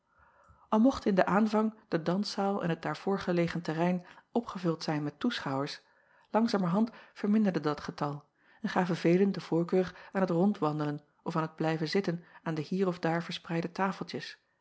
l mochten in den aanvang de danszaal en het daarvoor gelegen terrein opgevuld zijn met toeschouwers langzamerhand verminderde dat getal en gaven velen de voorkeur acob van ennep laasje evenster delen aan het rondwandelen of aan het blijven zitten aan de hier of daar verspreide tafeltjes